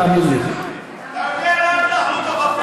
שקבעה שהכיבוש לא חוקי.